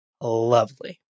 lovely